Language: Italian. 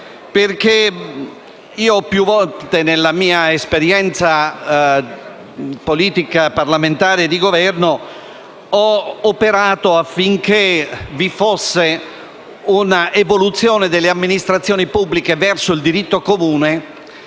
e civile. Più volte, nella mia esperienza politica, parlamentare e di Governo, ho operato affinché vi fossero un'evoluzione delle amministrazioni pubbliche verso il diritto comune